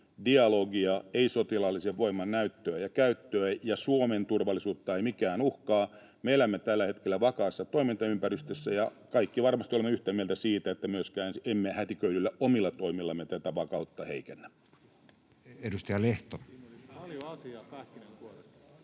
dialogia, ei sotilaallisen voiman näyttöä ja käyttöä. Ja Suomen turvallisuutta ei mikään uhkaa, me elämme tällä hetkellä vakaassa toimintaympäristössä, ja kaikki varmasti olemme yhtä mieltä siitä, että myöskään emme hätiköidyillä omilla toimillamme tätä vakautta heikennä. [Speech